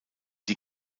die